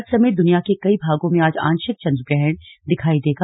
भारत समेत दुनिया के कई भागों में आज आंशिक चंद्र ग्रहण दिखाई देगा